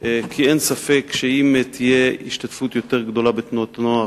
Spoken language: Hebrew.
כי אין ספק שאם תהיה השתתפות גדולה יותר בתנועות נוער